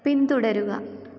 പിന്തുടരുക